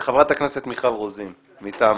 וחבר הכנסת אלעזר שטרן מהאופוזיציה,